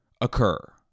occur